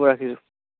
হ'ব ৰাখিছোঁ